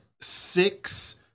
six